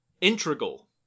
integral